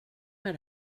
med